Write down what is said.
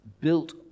built